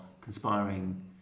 conspiring